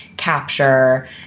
capture